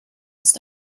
ist